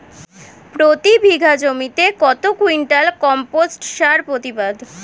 প্রতি বিঘা জমিতে কত কুইন্টাল কম্পোস্ট সার প্রতিবাদ?